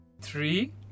Three